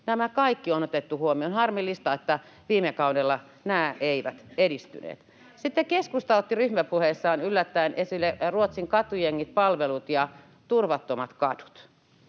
Nämä kaikki on otettu huomioon. On harmillista, että viime kaudella nämä eivät edistyneet. [Sanna Antikainen: Näinpä juuri!] Sitten keskusta otti ryhmäpuheessaan yllättäen esille Ruotsin katujengit, palvelut ja turvattomat kadut.